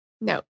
no